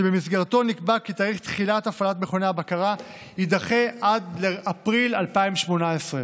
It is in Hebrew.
שבמסגרתו נקבע כי תאריך תחילת הפעלת מכוני הבקרה יידחה עד לאפריל 2018,